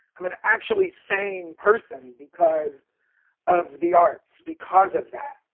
i'm an actually sane person because of the arts, because of that.